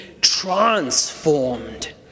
transformed